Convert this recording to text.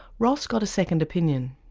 ross got a second opinion.